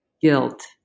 guilt